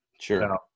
Sure